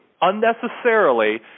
unnecessarily